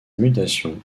mutation